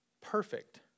perfect